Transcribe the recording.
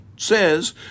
Says